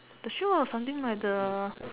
the shoe or something like the